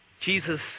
Jesus